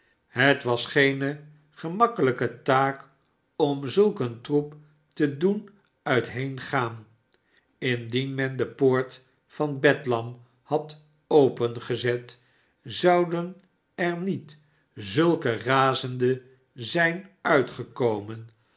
het was geene gemakkelijke taak om zulk een troep te doen uitheengaan indien men de poort van bedlam had opengezet zouden er niet zulke razenden zijn uitgekomen